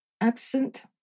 Absent